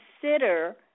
consider